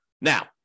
Now